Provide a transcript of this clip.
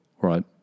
Right